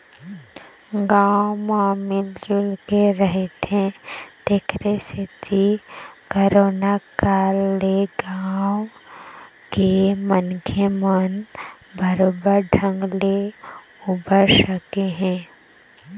गाँव म मिल जुलके रहिथे तेखरे सेती करोना काल ले गाँव के मनखे मन बरोबर ढंग ले उबर सके हे